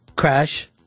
Crash